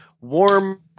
warm